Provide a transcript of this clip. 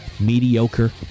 mediocre